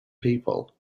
people